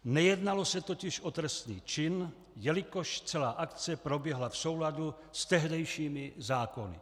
Nejednalo se totiž o trestný čin, jelikož celá akce proběhla v souladu s tehdejšími zákony.